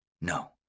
No